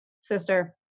sister